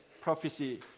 prophecy